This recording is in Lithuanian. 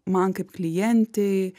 man kaip klientei